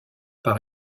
par